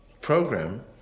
program